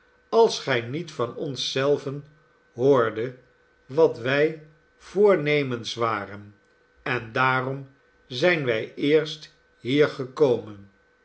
als gij niet van ons zelven hoordet wat wij voornemens waren en daarom zijn wij eerst hier gekomen